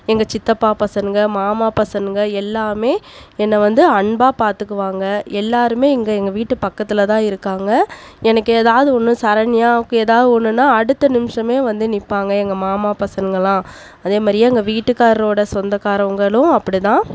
எங்கள் சித்தப்பா பசங்க மாமா பசங்க எல்லாம் என்னை வந்து அன்பாக பார்த்துக்குவாங்க எல்லாரும் எங்கள் எங்கள் வீட்டு பக்கத்தில் தான் இருக்காங்க எனக்கு எதாவது ஒன்று சரண்யாவுக்கு எதாவது ஒன்றுன்னா அடுத்த நிமிடமே வந்து நிற்பாங்க எங்கள் மாமா பசங்களாம் அதே மாதிரியே எங்கள் வீட்டுக்கார்ரோடய சொந்தக்காரங்களும் அப்படிதான்